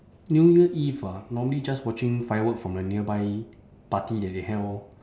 new year eve ah normally just watching firework from a nearby party that they have orh